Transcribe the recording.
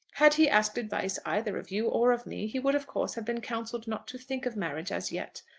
had he asked advice either of you or of me he would of course have been counselled not to think of marriage as yet.